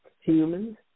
humans